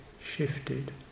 shifted